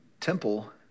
Temple